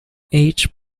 each